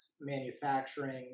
manufacturing